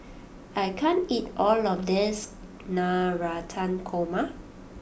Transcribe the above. I can't eat all of this Navratan Korma